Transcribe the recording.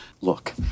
Look